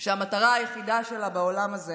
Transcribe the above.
שהמטרה היחידה שלה בעולם הזה